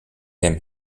him